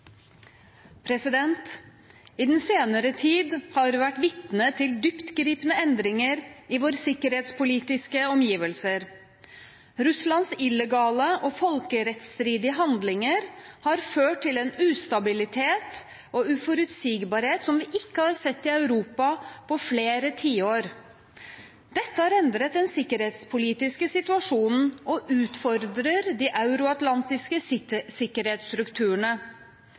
Bucuresti. I den senere tid har vi vært vitne til dyptgripende endringer i våre sikkerhetspolitiske omgivelser. Russlands illegale og folkerettsstridige handlinger har ført til en ustabilitet og uforutsigbarhet som vi ikke har sett i Europa på flere tiår. Dette har endret den sikkerhetspolitiske situasjonen og utfordrer de euroatlantiske sikkerhetsstrukturene.